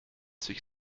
sich